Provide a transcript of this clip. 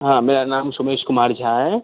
हाँ मेरा नाम सुमेश कुमार झा है